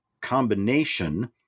combination